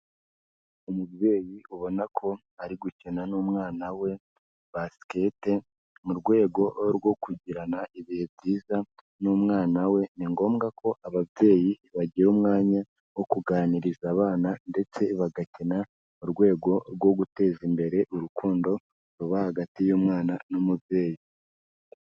Umubyeyi ubona ko ari gukina n'umwana we basikete mu rwego rwo kugirana ibihe byiza n'umwana we, ni ngombwa ko ababyeyi bagira umwanya wo kuganiriza abana ndetse bagakina mu rwego rwo guteza imbere urukundo ruba hagati y'umwana n'umubyeyi.